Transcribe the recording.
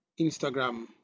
Instagram